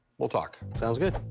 we'll talk. sounds good.